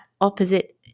opposite